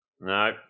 No